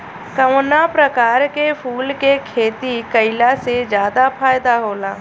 कवना प्रकार के फूल के खेती कइला से ज्यादा फायदा होला?